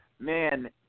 Man